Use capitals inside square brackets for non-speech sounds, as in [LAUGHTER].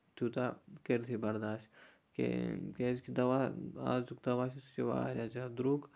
تیوٗتاہ کٔرۍتھٕے برداش [UNINTELLIGIBLE] کیازِ کہِ دَوا آزُک دَوا چھُ سُہ چھُ واریاہ زیادٕ درٛوٚگ